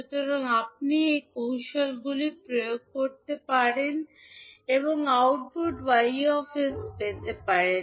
সুতরাং আপনি এই কৌশলগুলি প্রয়োগ করতে পারেন এবং আউটপুট Y 𝑠 পেতে পারেন